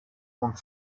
und